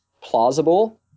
plausible